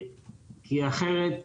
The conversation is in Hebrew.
כי אחרת בסוף,